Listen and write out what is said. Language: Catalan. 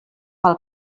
pel